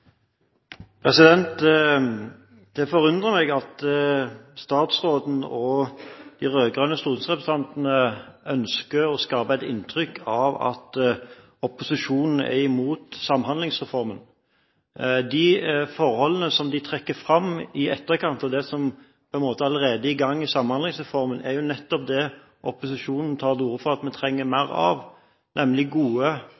Det forundrer meg at statsråden og de rød-grønne stortingsrepresentantene ønsker å skape et inntrykk av at opposisjonen er imot Samhandlingsreformen. De forholdene som de trekker fram i etterkant av det som allerede er i gang i Samhandlingsreformen, er jo nettopp det opposisjonen tar til orde for at vi trenger